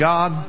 God